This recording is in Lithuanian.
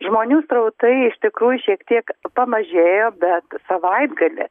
žmonių srautai iš tikrųjų šiek tiek pamažėjo bet savaitgalį